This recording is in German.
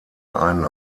ein